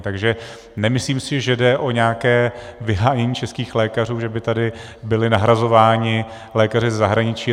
Takže si nemyslím, že jde o nějaké vyhánění českých lékařů, že by tady byli nahrazování lékaři ze zahraničí.